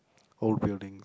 old buildings